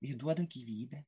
ji duoda gyvybę